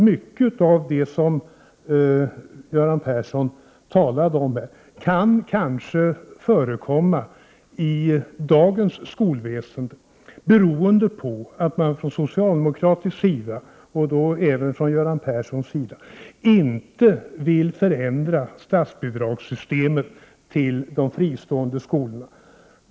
Mycket av det som Göran Persson talade om här kanske kan förekomma i dagens skolväsende, beroende på att man från socialdemokratisk sida, och även från Göran Perssons sida, inte vill förändra systemet för statsbidrag till de fria skolorna.